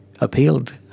appealed